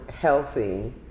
healthy